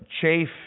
chafe